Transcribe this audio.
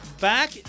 Back